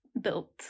built